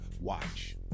Watch